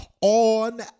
on